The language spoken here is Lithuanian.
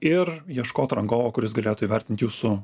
ir ieškot rangovo kuris galėtų įvertint jūsų